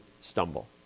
stumble